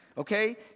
Okay